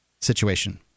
situation